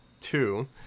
Two